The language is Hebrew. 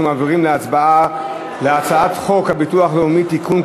אנחנו מעבירים להצבעה את הצעת חוק הביטוח הלאומי (תיקון,